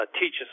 teaches